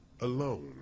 alone